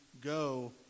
go